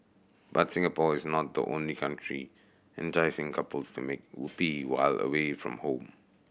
but Singapore is not the only country enticing couples to make whoopee while away from home